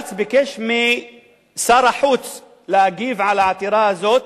בג"ץ ביקש משר החוץ להגיב על העתירה הזאת,